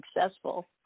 successful